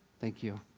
thank you.